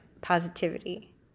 positivity